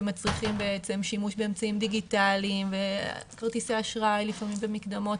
שמצריכים בעצם שימוש באמצעים דיגיטליים וכרטיסי אשראי לפעמים ומקדמות,